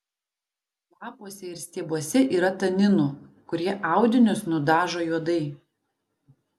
lapuose ir stiebuose yra taninų kurie audinius nudažo juodai